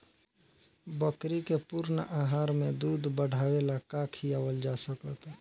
बकरी के पूर्ण आहार में दूध बढ़ावेला का खिआवल जा सकत बा?